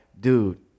dude